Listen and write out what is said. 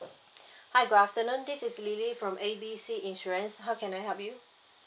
hi good afternoon this is lily from A B C insurance how can I help you